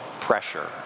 pressure